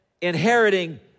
inheriting